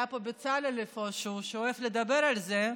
היה פה אלוף בצה"ל איפשהו שאוהב לדבר על זה.